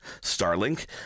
Starlink